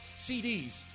cds